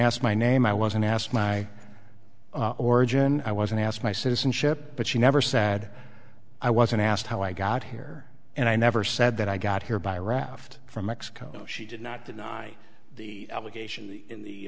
asked my name i wasn't asked my origin i wasn't asked my citizenship but she never said i wasn't asked how i got here and i never said that i got here by raft from mexico she did not deny the allegation in the